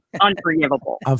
unforgivable